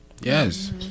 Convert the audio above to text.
Yes